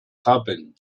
happen